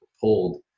pulled